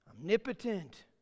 omnipotent